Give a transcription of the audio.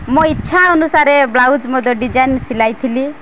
ମୋ ଇଚ୍ଛା ଅନୁସାରେ ବ୍ଲାଉଜ୍ ମଧ୍ୟ ଡିଜାଇନ୍ ସିଲାଇଥିଲି